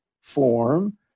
form